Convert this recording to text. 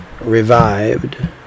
revived